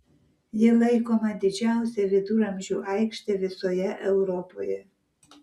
ji laikoma didžiausia viduramžių aikšte visoje europoje